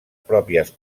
pròpies